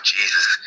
Jesus